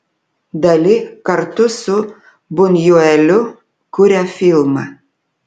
dali kartu su bunjueliu kuria filmą